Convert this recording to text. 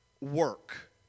work